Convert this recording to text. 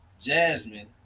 Jasmine